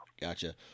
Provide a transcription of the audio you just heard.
Gotcha